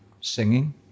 singing